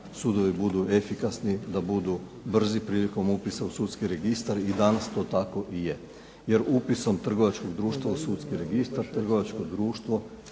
sudovi budu efikasni, da budu brzi prilikom upisa u sudski registar i danas to tako i je. Jer upisom trgovačkog društva u sudski registar trgovačko društvo